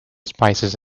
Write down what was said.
spices